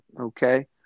Okay